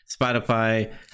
Spotify